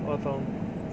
我懂